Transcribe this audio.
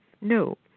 No